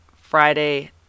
Friday